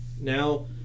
Now